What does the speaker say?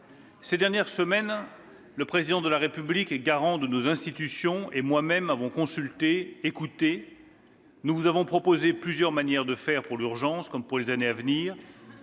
Ces dernières semaines, le Président de la République, garant de nos institutions, et moi-même avons consulté et écouté. Nous vous avons proposé plusieurs manières de procéder pour faire face à l'urgence comme pour affronter les années à venir.